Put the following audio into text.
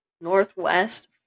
northwest